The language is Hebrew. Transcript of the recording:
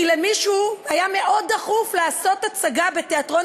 כי למישהו היה דחוף מאוד לעשות הצגה בתיאטרון